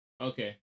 Okay